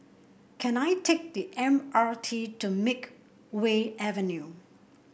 can I take the M R T to Makeway Avenue